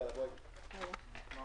הלוואי שהוא היה